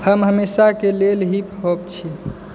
हम हमेशाके लेल हिप हॉप छी